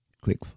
click